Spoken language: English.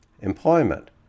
employment